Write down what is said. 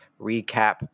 Recap